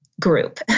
group